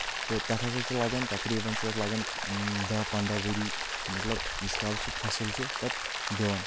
تہٕ تتھ ہسا چھِ لگان تقریٖبن چھِ تتھ لگان دہ پنٛدہ ؤری مطلب ییٖتِس کالس سُہ فصٕل چھُ پتہٕ دِوان